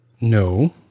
No